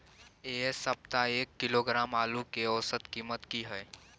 ऐ सप्ताह एक किलोग्राम आलू के औसत कीमत कि हय?